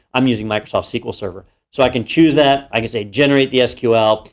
i'm using microsoft sequel server. so i can choose that, i can say generate the sql,